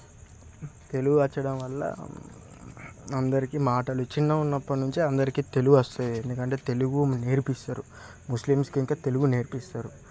తెలుగు వచ్చడం వల్ల అందరికీ మాటలు చిన్నగా ఉన్నప్పటి నుంచే అందరికీ తెలుగొస్తది ఎందుకంటే తెలుగు నేర్పిస్తారు ముస్లిమ్స్ ఇంకా తెలుగు నేర్పిస్తారు